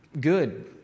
good